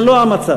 זה לא המצב.